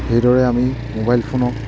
সেইদৰে আমি মোবাইল ফোনত